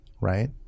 right